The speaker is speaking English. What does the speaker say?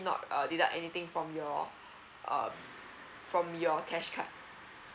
not uh deduct anything from your uh from your cash card